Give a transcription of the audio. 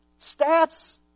stats